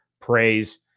praise